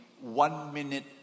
one-minute